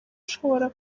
ushobora